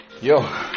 Yo